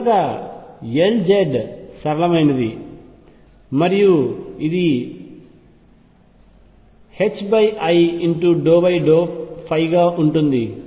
చివరగా Lz సరళమైనది మరియు ఇది i∂ϕ గా ఉంటుంది